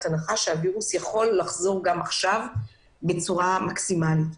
הנחה שהווירוס יכול להתפרץ גם עכשיו בצורה מקסימלית.